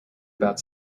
about